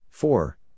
Four